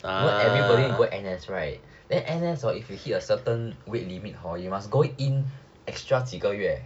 you know everybody will go N_S right then N_S hor if you hit a certain weight limit hor you must go in extra 几个月